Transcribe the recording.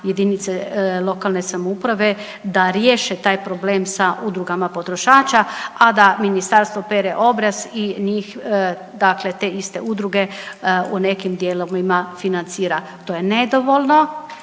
jedinice lokalne samouprave da riješe taj problem sa udrugama potrošača, a da ministarstvo pere obraz i njih dakle te iste udruge u nekim dijelovima financira to je nedovoljno.